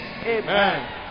Amen